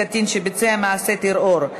קטין שביצע מעשה טרור),